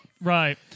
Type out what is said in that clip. right